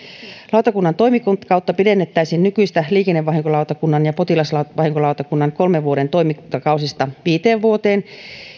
lautakunnan toimikautta pidennettäisiin nykyisistä liikennevahinkolautakunnan ja potilasvahinkolautakunnan kolmen vuoden toimintakausista viiteen vuoteen